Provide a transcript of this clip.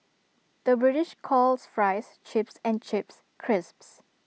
the British calls Fries Chips and Chips Crisps